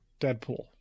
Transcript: deadpool